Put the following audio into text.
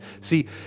see